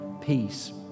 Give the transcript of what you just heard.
peace